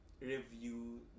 review